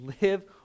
live